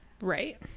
right